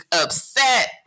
upset